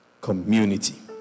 community